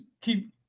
keep –